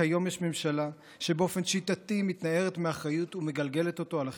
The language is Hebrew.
כיום יש ממשלה שבאופן שיטתי מתנערת מאחריות ומגלגלת אותה על אחרים.